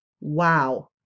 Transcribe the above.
Wow